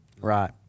Right